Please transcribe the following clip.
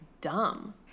dumb